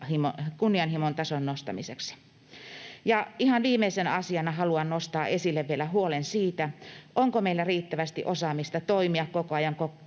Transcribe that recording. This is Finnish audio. kunnianhimon tason nostamiseksi. Ihan viimeisenä asiana haluan nostaa esille vielä huolen siitä, onko meillä riittävästi osaamista toimia koko ajan